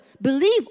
believe